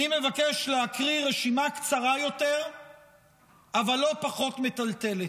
אני מבקש להקריא רשימה קצרה יותר אבל לא פחות מטלטלת.